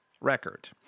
record